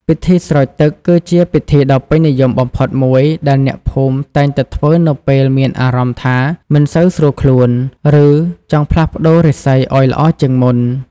ពិធីស្រោចទឹក គឺជាពិធីដ៏ពេញនិយមបំផុតមួយ ដែលអ្នកភូមិតែងតែធ្វើនៅពេលមានអារម្មណ៍ថាមិនសូវស្រួលខ្លួន ឬចង់ផ្លាស់ប្តូររាសីឱ្យល្អជាងមុន។